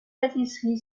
pâtisserie